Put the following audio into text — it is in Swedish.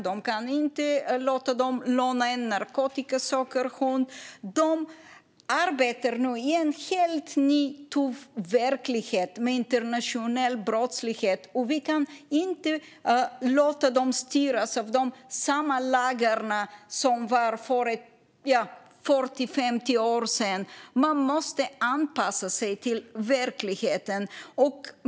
Det kan inte låta den låna en hund som söker narkotika. De arbetar nu i en helt ny tuff verklighet med internationell brottslighet. Vi kan inte låta dem styras av samma lagar som för 40-50 år sedan. Man måste anpassa sig till verkligheten.